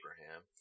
Abraham